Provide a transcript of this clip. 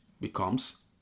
becomes